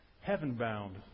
heaven-bound